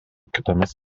kitomis